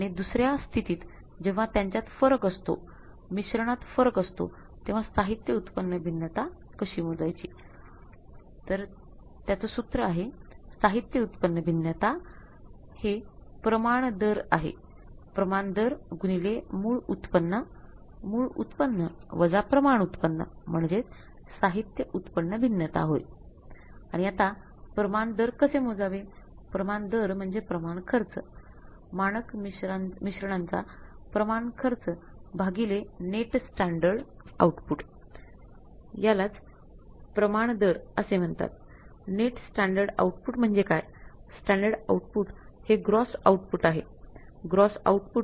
तर त्याच सूत्र आहे साहित्य उत्पन्न भिन्नता मानक मिश्रांचा प्रमाण खर्च भागिले नेट स्टँडर्ड आउटपुट